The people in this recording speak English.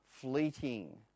fleeting